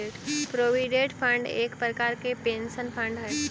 provident fund एक प्रकार के पेंशन फंड हई